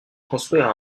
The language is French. construire